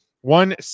one